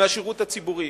מהשירות הציבורי.